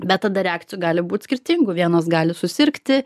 bet tada reakcijų gali būti skirtingų vienos gali susirgti